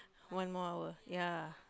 one more hour ya